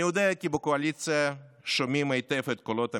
אני יודע כי בקואליציה שומעים היטב את קולות המחאה,